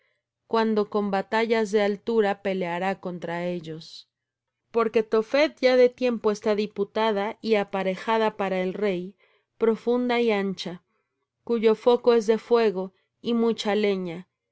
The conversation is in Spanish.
cuando con batallas de altura peleará contra ellos porque topheth ya de tiempo está diputada y aparejada para el rey profunda y ancha cuyo foco es de fuego y mucha leña